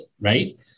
right